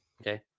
Okay